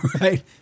Right